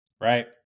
Right